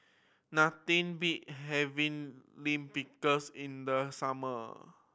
nothing beat having Lime Pickles in the summer